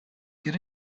get